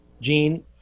Gene